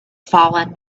fallen